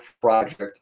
project